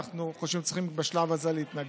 אנחנו חושבים שצריכים בשלב הזה להתנגד.